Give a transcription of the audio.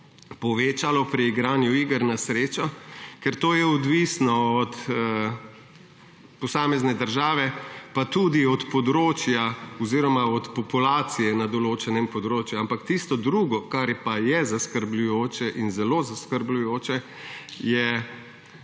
povečalo pri igranju iger na srečo, ker je to odvisno od posamezne države pa tudi od področja oziroma od populacije na določenem področju. Tisto drugo, kar pa je zaskrbljujoče, zelo zaskrbljujoče, je,